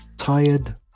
tired